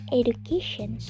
education